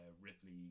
Ripley